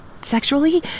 sexually